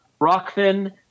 Rockfin